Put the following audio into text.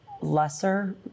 lesser